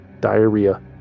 diarrhea